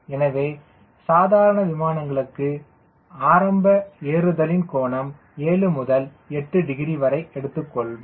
எனவே சாதாரண விமானங்களுக்கு ஆரம்ப ஏறுதல்லின் கோணம் 7 முதல் 8 டிகிரி வரை எடுத்துக்கொள்வோம்